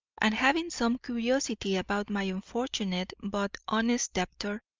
and having some curiosity about my unfortunate but honest debtor,